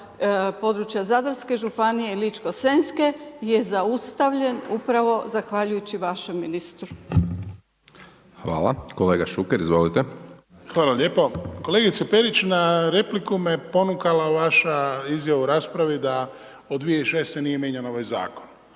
područja Zadarske županije i Ličko-senjske je zaustavljen upravo zahvaljujući vašem ministru. **Hajdaš Dončić, Siniša (SDP)** Hvala. Kolega Šuker, izvolite. **Šuker, Ivan (HDZ)** Hvala lijepo. Kolegice Perića, na repliku me ponukala vaša izjava u raspravi da od 2006. nije mijenjan ovaj zakon.